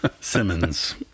Simmons